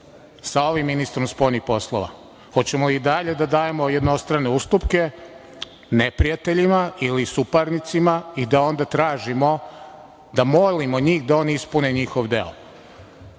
sa ovim ministrom spoljnih poslova? Hoćemo li i dalje da dajemo jednostrane ustupke neprijateljima ili suparnicima i da onda tražimo, da molimo njih da oni ispune njihov deo? Na